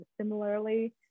similarly